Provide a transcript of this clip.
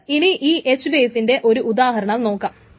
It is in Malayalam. നമുക്ക് ഇനി എച്ച് ബേസിന്റെ ഒരു ഉദാഹരണം നോക്കാം